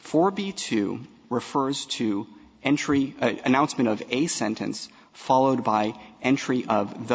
for b to refers to entry announcement of a sentence followed by entry of the